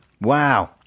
Wow